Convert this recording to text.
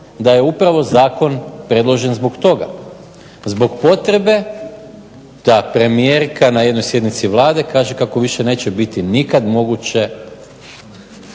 da je upravo zakon predložen zbog toga, zbog potrebe da premijerka na jednoj sjednici Vlade kaže kako više neće biti nikad moguće